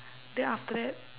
then after that